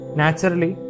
naturally